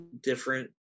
different